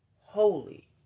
Holy